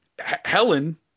Helen